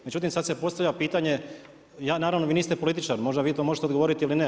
Međutim, sad se postavlja pitanje, ja naravno, vi niste političar, možda vi to možete odgovoriti ili ne.